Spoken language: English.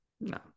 No